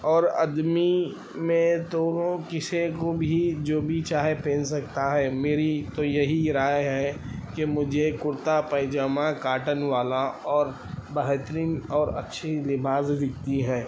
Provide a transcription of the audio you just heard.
اور آدمی میں تو کسے کو بھی جو چاہے پہن سکتا ہے میری تو یہی رائے ہے کہ مجھے کرتا پیجامہ کاٹن والا اور بہترین اور اچھی لباس دکھتی ہیں